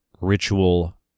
ritual